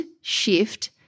shift